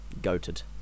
Goated